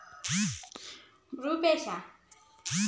bank భీమా వంటి సంస్థల గుండా సేవలు బాగా జరుగుతాయి